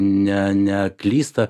ne neklysta